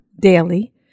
daily